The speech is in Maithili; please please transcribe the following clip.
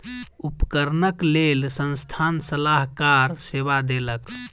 उपकरणक लेल संस्थान सलाहकार सेवा देलक